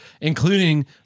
including